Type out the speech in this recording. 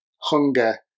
hunger